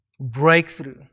breakthrough